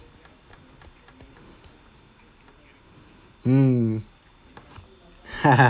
mm